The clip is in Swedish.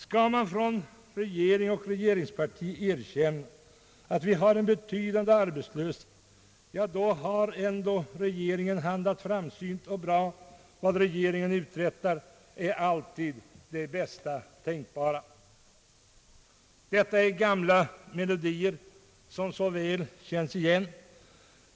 Erkänner regeringen och regeringspartiet att vi har en betydande arbetslöshet, ja, då har regeringen ändå handlat framsynt och bra — vad regeringen uträttar är alltid det bästa tänkbara! Detta är gamla melodier som så väl känns igen.